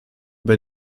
über